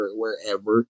wherever